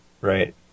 Right